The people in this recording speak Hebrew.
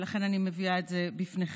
ולכן אני מביאה את זה לפניכם.